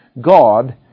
God